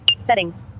Settings